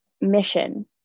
mission